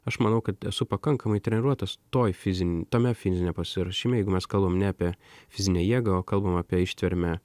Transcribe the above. aš manau kad esu pakankamai treniruotas toj fizin tame fiziniam pasiruošime jeigu mes kalbam ne apie fizinę jėgą o kalbam apie ištvermę